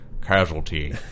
casualty